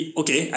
okay